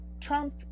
Trump